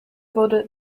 wurde